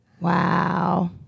Wow